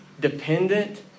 dependent